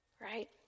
right